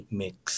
mix